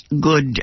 good